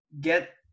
get –